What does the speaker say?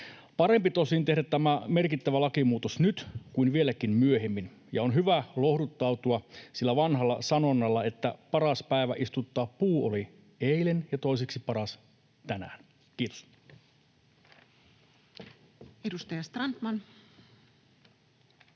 Parempi tosin tehdä tämä merkittävä lakimuutos nyt kuin vieläkin myöhemmin. On hyvä lohduttautua sillä vanhalla sanonnalla, että paras päivä istuttaa puu oli eilen ja toiseksi paras tänään. — Kiitos. [Speech